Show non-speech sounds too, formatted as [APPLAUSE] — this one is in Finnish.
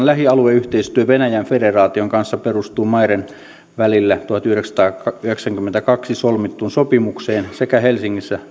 [UNINTELLIGIBLE] lähialueyhteistyö venäjän federaation kanssa perustuu maiden välillä tuhatyhdeksänsataayhdeksänkymmentäkaksi solmittuun sopimukseen sekä helsingissä